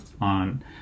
on